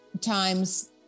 times